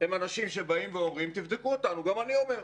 הם אנשים שבאים ואומרים תבדקו אותנו, גם אני אומר,